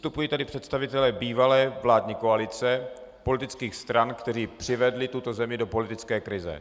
Vystupují tady představitelé bývalé vládní koalice politických stran, kteří přivedli tuto zemi do politické krize.